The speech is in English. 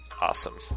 awesome